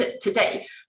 today